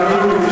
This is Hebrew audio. תאמינו לי,